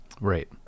Right